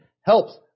helps